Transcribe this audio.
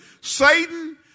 Satan